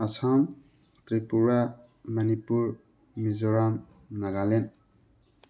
Assam Tripura Manipur Mizoram Nagaland